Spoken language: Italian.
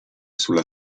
sulla